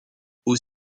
aux